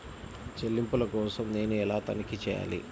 చెల్లింపుల కోసం నేను ఎలా తనిఖీ చేయాలి?